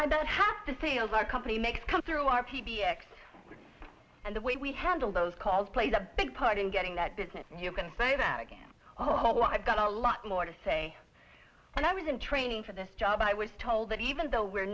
i don't have the sales our company makes come through our p b x and the way we handle those calls plays a big part in getting that business you can say that again oh i've got a lot more to say and i was in training for this job i was told that even though we're